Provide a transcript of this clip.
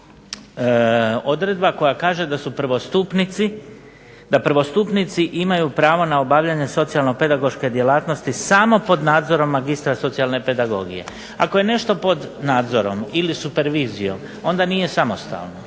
odredba koja kaže da prvostupnici imaju pravo na obavljanje socijalno-pedagoške djelatnosti samo pod nadzorom magistra socijalne pedagogije. Ako je nešto pod nadzorom ili supervizijom onda nije samostalno